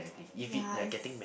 ya it's